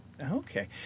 Okay